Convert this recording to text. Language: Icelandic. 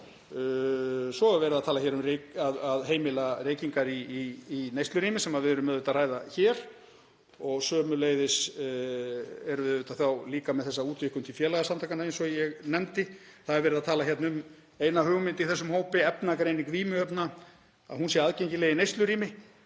Svo er verið að tala um að heimila reykingar í neyslurými, sem við erum auðvitað að ræða hér, og sömuleiðis erum við með þessa útvíkkun til félagasamtakanna eins og ég nefndi. Það er verið að tala um eina hugmynd í þessum hópi, efnagreiningu vímuefna, að hún sé aðgengileg í neyslurými;